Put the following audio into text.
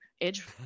Edge